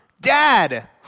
Dad